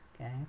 Okay